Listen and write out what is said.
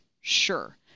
Sure